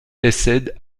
décède